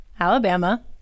Alabama